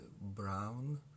brown